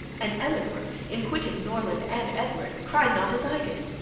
and elinor, in quitting norland and edward, cried not as i did.